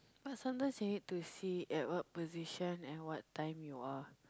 but sometimes you need to see at what position and what time you are